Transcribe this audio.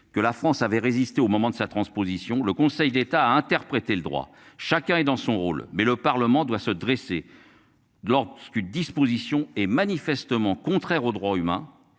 que la France avait résisté au moment de sa transposition. Le Conseil d'État a interprété le droit, chacun est dans son rôle mais le Parlement doit se dresser. Lorsqu'une disposition est manifestement contraire aux droits humains